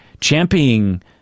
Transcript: championing